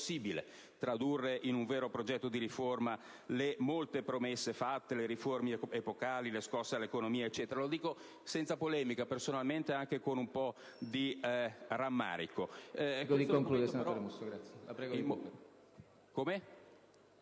impossibile tradurre in un vero progetto di riforma le molte promesse fatte, le riforme epocali, le scosse all'economia, e così via. Lo dico senza polemica, e personalmente anche con un po' di rammarico.